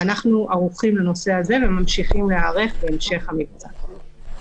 אנחנו ממשיכים להיערך להמשך המבצע.